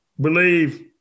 believe